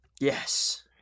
Yes